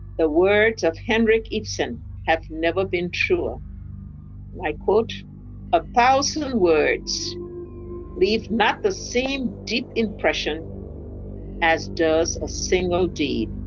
the words of henrik ibsen have never been truer, and i quote a thousand words leave not the same deep impression as does a single deed.